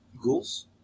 Ghouls